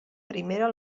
primera